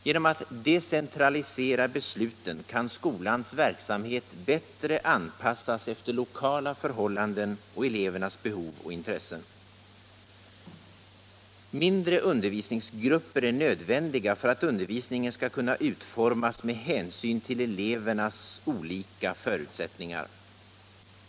Genom att decentralisera besluten kan skolans verksamhet bättre anpassas efter lokala förhållanden och elevernas behov och intressen. Mindre undervisningsgrupper är nödvändiga för att undervisningen skall kunna utformas med hänsyn till elevernas olika förutsättningar.